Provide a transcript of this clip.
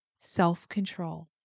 self-control